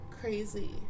crazy